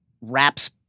wraps